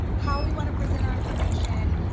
how we wanna present our information,